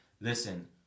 listen